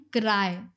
cry